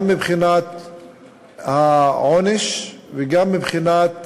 גם מבחינת העונש וגם מבחינת